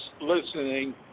listening